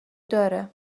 داره